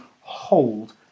hold